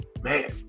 Man